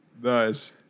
nice